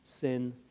sin